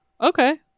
Okay